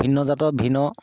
বিভিন্নজাতৰ ভিন্ন